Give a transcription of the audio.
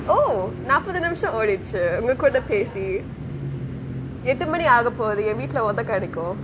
oh நாப்பது நிமிஷொ ஓடிடுச்சி உங்கக்கூட பேசி எட்டு மணி ஆகப்போகுது ஏ வீட்டுலே ஒத கெடைக்கு:naapathu nimisho oodiducchi ungekoode pesi ettu mani aagapoguthu yae veetule othe kedaiku